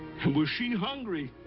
and was she hungry!